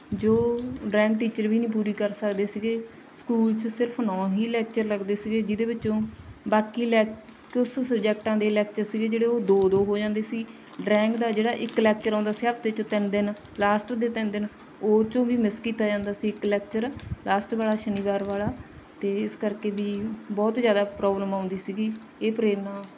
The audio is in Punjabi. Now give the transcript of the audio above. ਜੋ ਡਰਾਇੰਗ ਟੀਚਰ ਵੀ ਨਹੀਂ ਪੂਰੀ ਕਰ ਸਕਦੇ ਸੀਗੇ ਸਕੂਲ 'ਚ ਸਿਰਫ਼ ਨੌਂ ਹੀ ਲੈਕਚਰ ਲੱਗਦੇ ਸੀਗੇ ਜਿਹਦੇ ਵਿੱਚੋਂ ਬਾਕੀ ਲੈਕ ਉਸ ਸਬਜੈਕਟਾਂ ਦੇ ਲੈਕਚਰ ਸੀਗੇ ਜਿਹੜੇ ਉਹ ਦੋ ਦੋ ਹੋ ਜਾਂਦੇ ਸੀ ਡਰੈਂਗ ਦਾ ਜਿਹੜਾ ਇਕ ਲੈਕਚਰ ਆਉਂਦਾ ਸੀ ਹਫ਼ਤੇ 'ਚ ਉਹ ਤਿੰਨ ਦਿਨ ਲਾਸਟ ਦੇ ਤਿੰਨ ਦਿਨ ਉਹ ਚੋਂ ਵੀ ਮਿਸ ਕੀਤਾ ਜਾਂਦਾ ਸੀ ਇੱਕ ਲੈਕਚਰ ਲਾਸਟ ਵਾਲਾ ਸ਼ਨੀਵਾਰ ਵਾਲਾ ਤਾਂ ਇਸ ਕਰਕੇ ਵੀ ਬਹੁਤ ਜ਼ਿਆਦਾ ਪ੍ਰੋਬਲਮ ਆਉਂਦੀ ਸੀਗੀ ਇਹ ਪ੍ਰੇਰਣਾ